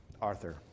Arthur